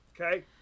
Okay